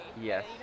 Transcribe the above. Yes